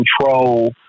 control